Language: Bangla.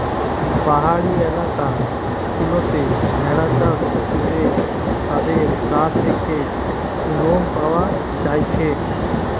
পাহাড়ি এলাকা গুলাতে ভেড়া চাষ করে তাদের গা থেকে লোম পাওয়া যায়টে